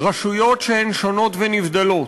רשויות שהן שונות ונבדלות.